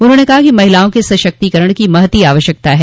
उन्होंने कहा कि महिलाओं के सशक्तिकरण की महती आवश्यकता है